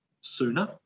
sooner